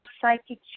psychic